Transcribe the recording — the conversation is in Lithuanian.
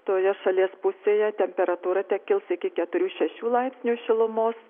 toje šalies pusėje temperatūra tekils iki keturių šešių laipsnių šilumos